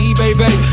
baby